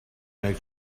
nel